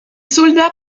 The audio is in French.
soldat